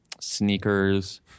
Sneakers